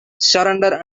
surrender